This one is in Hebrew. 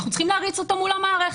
אנחנו צריכים להריץ אותו מול המערכת.